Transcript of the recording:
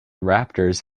raptors